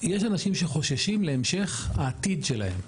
יש אנשים שחוששים להמשך העתיד שלהם,